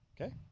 Okay